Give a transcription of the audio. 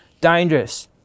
dangerous